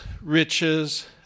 riches